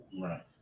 Right